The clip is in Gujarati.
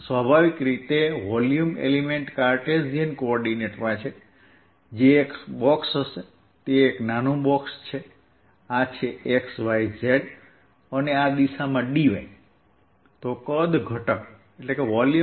સ્વાભાવિક રીતે વોલ્યુમ એલિમેન્ટ કાર્ટેશિયન કોઓર્ડિનેટમાં છે જે એક બોક્સ હશે અહીં એક dx dy dz સાઈઝનું નાનું બોક્સ છે